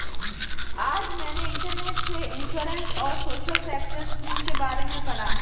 आज मैंने इंटरनेट से इंश्योरेंस और सोशल सेक्टर स्किम के बारे में पढ़ा